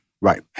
Right